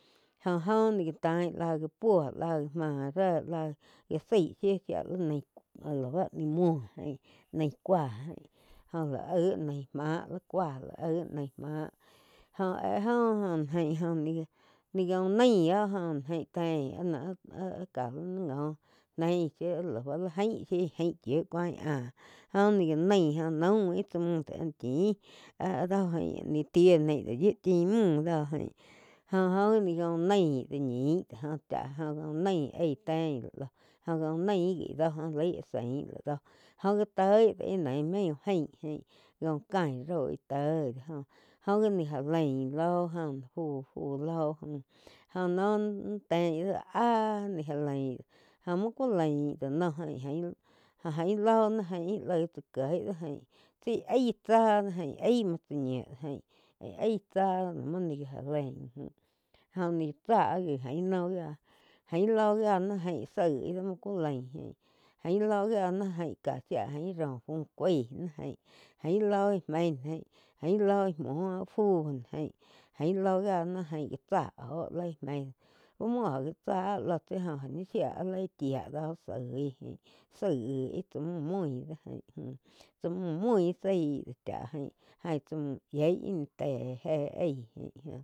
Jó óh ni já tain lá já poú lá gáh máh réh láh gá saí shíuu shía láh bá miu múo jain ní cúa jain aín jó lá aíg nih má li cúa lá aih ni máh jó áh jo ain ni gá, ni gá uh naín oh jó jain teín áh noh ká múo ni ngó téin shíu áh lá bá jaín shíu jaín cúain áh joh jóh ni gáh naí jo naum tsá múh dó áh ni chíhn áh dó jaín tíh ni dó yíu chin múh do jain. Jóh óh gi na gá úh náin ñih do joh cháh joh naíg aí tein óh gá uh naíh gi íh dóh laí áh sain ih dó jóh gi téh íh neín main úh gain aín jau cain roi teh íh dó joh mu ni gi já lain loh fu-fu lo jaín óh noh ni tein íh doh áh ni já lain jó múo ku lain doh jain aín lo náh ain íh laig tsá kieg dó jain tsi íh aíh tsáh aí muo tsá ñiu jaín aíh chá la mui ni já laín jain óh ni tsá gi jaín noh gia ain loh náh jain saíg íh di muo ni kú lain lóh gía náh jaín ká shia jain róh fu caig náh jaín aín lo ih méin jaín lóh íh muo fú náh jain lóh gía náh jain tsá óh lí íh meí úh muo óh gá tsá loh óh ni shía áh li íh chía dóh soí jain shai gi íh tsá mún mui do jain oh tsá mún mui zái chá jain, ain tsá mún yieg íh ni té éh aíh ain.